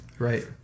Right